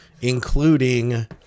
including